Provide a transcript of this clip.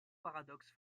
paradoxe